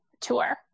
tour